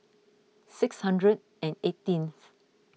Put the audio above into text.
six hundred and eighteenth